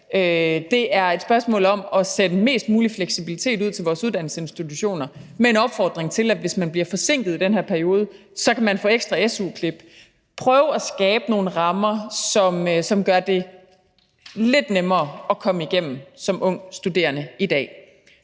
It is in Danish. Det er et spørgsmål om at sende mest mulig fleksibilitet ud til vores uddannelsesinstitutioner med en opfordring til, at hvis man bliver forsinket i den her periode, kan man få ekstra su-klip. Vi prøver at skabe nogle rammer, som gør det lidt nemmere at komme igennem som ung studerende i dag.